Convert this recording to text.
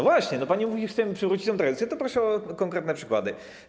Właśnie, pani mówi, że chcemy przywrócić tę tradycję, to proszę o konkretne przykłady.